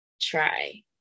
try